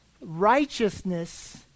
Righteousness